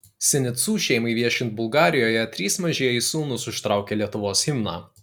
sinicų šeimai viešint bulgarijoje trys mažieji sūnūs užtraukė lietuvos himną